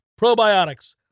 probiotics